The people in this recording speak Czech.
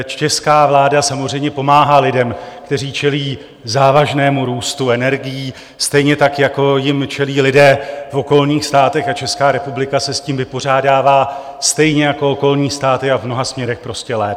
Česká vláda samozřejmě pomáhá lidem, kteří čelí závažnému růstu energií, stejně jako jim čelí lidé v okolních státech, Česká republika se s tím vypořádává stejně jako okolní státy a v mnoha směrech prostě lépe.